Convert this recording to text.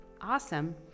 Awesome